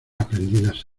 aprendidas